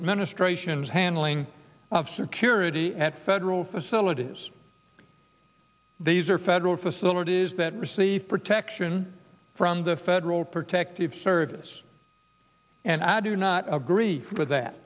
administration's handling of security at federal facilities these are federal facilities that receive protection from the federal protective service and i do not agree with that